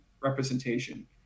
representation